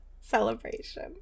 celebration